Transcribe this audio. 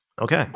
Okay